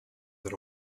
that